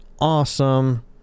awesome